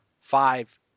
five